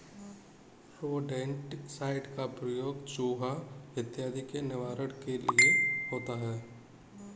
rodenticide का प्रयोग चुहा इत्यादि के निवारण के लिए होता है